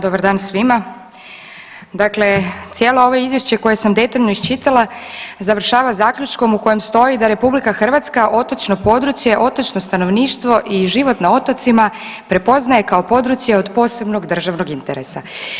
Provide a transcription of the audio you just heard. Dobar dan svima, dakle cijelo ovo izvješće koje sam detaljno iščitala završava zaključkom u kojem stoji da RH otočno područje, otočno stanovništvo i život na otocima prepoznaje kao područje od posebnog državnog interesa.